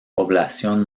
población